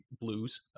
blues